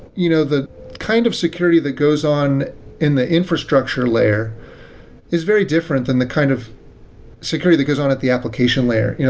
you know the kind of security that goes on in the infrastructure layer is very different than the kind of security that goes on at the application layer. you know